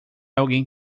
alguém